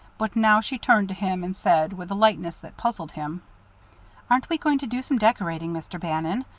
but now she turned to him and said, with a lightness that puzzled him aren't we going to do some decorating, mr. bannon?